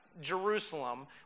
Jerusalem